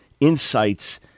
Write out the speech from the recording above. insights